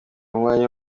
umwanya